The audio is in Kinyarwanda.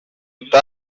otto